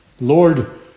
Lord